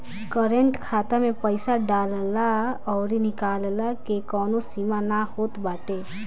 current खाता में पईसा डालला अउरी निकलला के कवनो सीमा ना होत बाटे